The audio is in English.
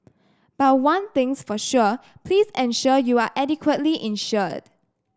but one thing's for sure please ensure you are adequately insured